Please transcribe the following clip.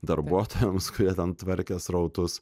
darbuotojams kurie ten tvarkė srautus